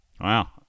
Wow